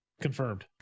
confirmed